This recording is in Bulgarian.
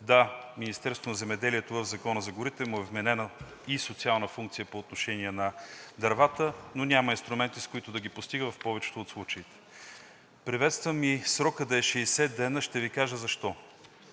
Да, на Министерството на земеделието в Закона за горите му е вменена и социална функция по отношение на дървата, но няма инструменти, с които да ги постига в повечето от случаите. Приветствам и срокът да е 60 дни и ще Ви кажа защо.